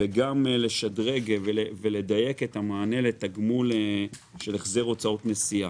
וגם לשדרג ולדייק את המענה לתגמול של החזר הוצאות נסיעה.